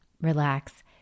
relax